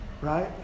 right